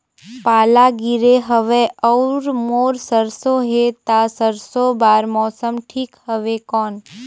पाला गिरे हवय अउर मोर सरसो हे ता सरसो बार मौसम ठीक हवे कौन?